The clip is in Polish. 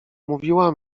mówiła